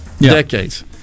Decades